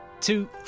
two